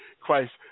Christ